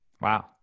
Wow